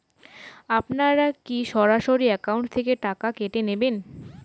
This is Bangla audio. আপনারা কী সরাসরি একাউন্ট থেকে টাকা কেটে নেবেন?